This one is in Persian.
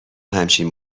همچین